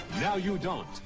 now-you-don't